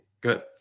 good